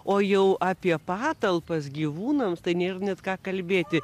o jau apie patalpas gyvūnams tai nėra net ką kalbėti